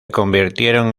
convirtieron